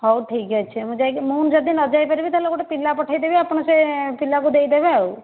ହେଉ ଠିକ୍ଅଛି ମୁଁ ଯାଇକି ମୁଁ ଯଦି ନ ଯାଇପାରିବି ତାହେଲେ ଗୋଟେ ପିଲା ପଠାଇ ଦେବି ଆପଣ ସେ ପିଲାକୁ ଦେଇ ଦେବେ ଆଉ